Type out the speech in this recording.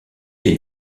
les